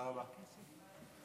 יוראי להב הרצנו